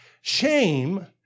Shame